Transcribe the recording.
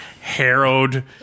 harrowed